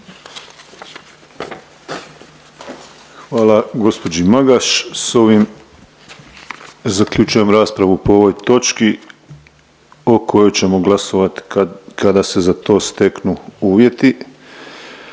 Hvala gđi. Magaš. S ovim zaključujem raspravu po ovoj točki o kojoj ćemo glasovat kad, kada se za to steknu uvjeti.